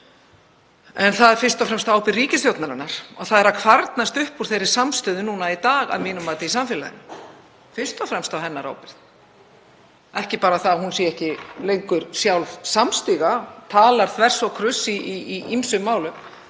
En það er fyrst og fremst á ábyrgð ríkisstjórnarinnar að það er að kvarnast upp úr þeirri samstöðu í dag að mínu mati í samfélaginu, fyrst og fremst á hennar ábyrgð. Ekki bara það að ríkisstjórnin sé ekki lengur sjálf samstiga og tali þvers og kruss í ýmsum málum,